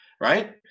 right